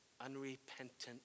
unrepentant